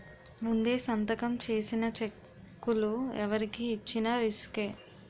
ముందే సంతకం చేసిన చెక్కులు ఎవరికి ఇచ్చిన రిసుకే